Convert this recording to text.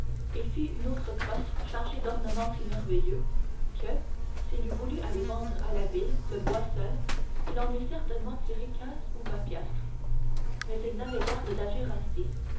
et fit une autre crosse chargée d'ornements si merveilleux que s'il eût voulu aller vendre à la ville le bois seul il en eût certainement tiré quinze ou vingt piastres mais il n'avait garde d'agir ainsi